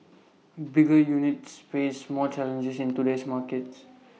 bigger units face more challenges in today's market